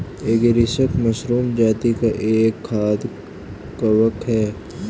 agaricus mushroom जाती का एक खाद्य कवक है